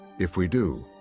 if we do,